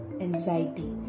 anxiety